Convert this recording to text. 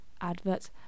adverts